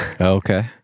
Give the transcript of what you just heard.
Okay